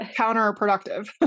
counterproductive